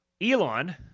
Elon